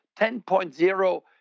10.0